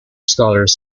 scholars